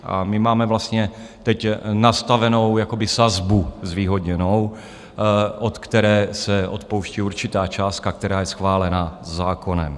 A my máme vlastně teď nastavenou jakoby sazbu zvýhodněnou, od které se odpouští určitá částka, která je schválena zákonem.